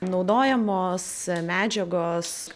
naudojamos medžiagos